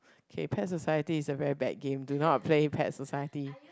okay Pet Society is a very bad game do not play Pet Society